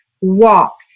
walk